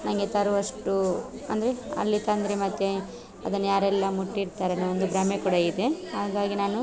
ನನಗೆ ತರುವಷ್ಟು ಅಂದರೆ ಅಲ್ಲಿ ತಂದರೆ ಮತ್ತು ಅದನ್ನು ಯಾರೆಲ್ಲ ಮುಟ್ಟಿರ್ತಾರೆ ಅನ್ನೋ ಒಂದು ಭ್ರಮೆ ಕೂಡ ಇದೆ ಹಾಗಾಗಿ ನಾನು